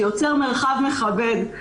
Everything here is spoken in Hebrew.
שיוצר מרחב מכבד.